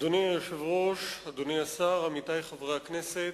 אדוני היושב-ראש, אדוני השר, עמיתי חברי הכנסת,